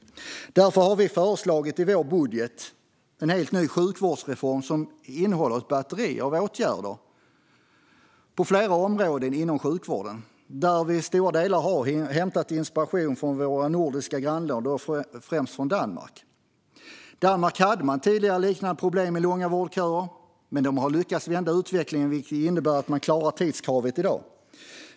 Därför har vi i vår budget föreslagit en helt ny sjukvårdsreform, som innehåller ett batteri av åtgärder på flera områden inom sjukvården där vi i stora delar har hämtat inspiration från våra nordiska grannländer - och främst från Danmark. I Danmark hade man tidigare liknande problem med långa vårdköer, men man har lyckats vända utvecklingen. Det innebär att man i dag klarar tidskravet.